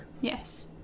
Yes